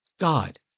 God